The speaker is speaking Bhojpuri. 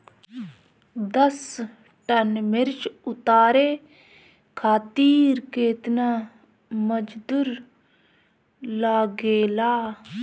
दस टन मिर्च उतारे खातीर केतना मजदुर लागेला?